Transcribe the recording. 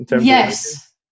Yes